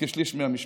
כשליש מהמשפחות,